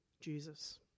Jesus